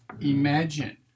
imagine